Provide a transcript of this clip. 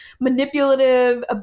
manipulative